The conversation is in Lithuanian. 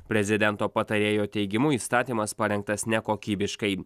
prezidento patarėjo teigimu įstatymas parengtas nekokybiškai